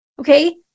Okay